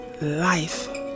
life